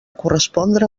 correspondre